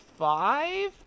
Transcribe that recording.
five